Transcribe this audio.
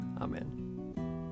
Amen